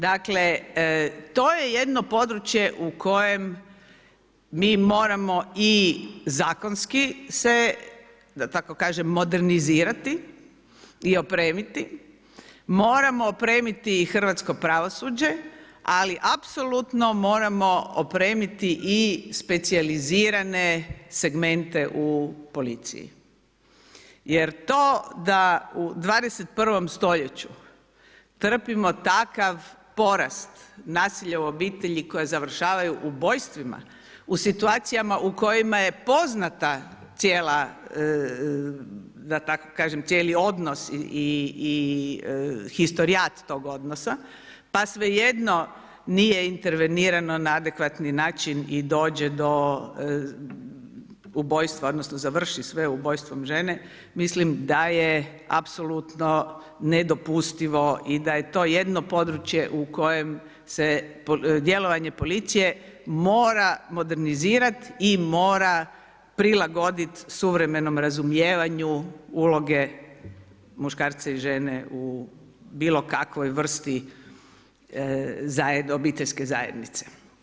Dakle to je jedno područje u kojem mi moramo i zakonski se da tako kažem modernizirati i opremiti, moramo opremiti hrvatsko pravosuđe, ali apsolutno moramo opremiti i specijalizirane segmente u policiji jer to da u 21. stoljeću trpimo takav porast nasilja u obitelji koja završavaju ubojstvima u situacijama u kojima je poznata cijeli odnos i historijat tog odnosa, pa svejedno nije intervenirao na adekvatni način i dođe do ubojstva odnosno završi sve ubojstvom žene, mislim da je apsolutno nedopustivo i da je to jedno područje u kojem se djelovanje policije mora modernizirat i mora prilagodit suvremenom razumijevanju uloge muškarca i žene u bilo kakvoj vrsti obiteljske zajednice.